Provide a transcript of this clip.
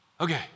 Okay